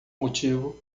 motivo